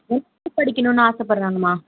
படிக்கணுன்னு ஆசைப்படுறாங்கம்மா